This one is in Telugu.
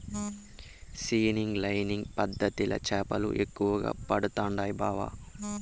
సీనింగ్ లైనింగ్ పద్ధతిల చేపలు ఎక్కువగా పడుతండాయి బావ